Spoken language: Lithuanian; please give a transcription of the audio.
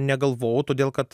negalvojau todėl kad